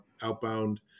outbound